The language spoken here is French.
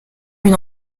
une